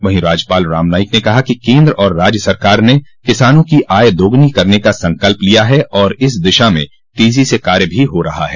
वहीं राज्यपाल राम नाईक ने कहा कि केन्द्र और राज्य सरकार ने किसानों की आय दोगुनी करने का संकल्प लिया है और इस दिशा में तेजी स कार्य भी हो रहा है